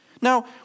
Now